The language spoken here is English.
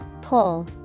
Pull